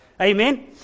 Amen